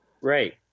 Right